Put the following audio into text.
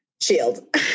Shield